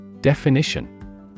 Definition